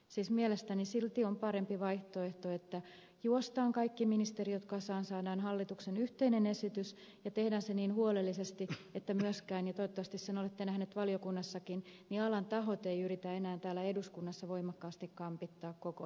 siis mielestäni silti on parempi vaihtoehto että juostaan kaikki ministeriöt kasaan saadaan hallituksen yhteinen esitys ja tehdään se niin huolellisesti että myöskään ja toivottavasti sen olette nähneet valiokunnassakin alan tahot eivät yritä enää täällä eduskunnassa voimakkaasti kampittaa koko esitystä